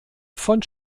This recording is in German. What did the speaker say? von